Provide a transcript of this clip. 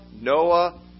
Noah